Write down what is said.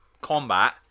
combat